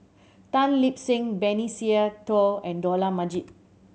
Tan Lip Seng Benny Se Teo and Dollah Majid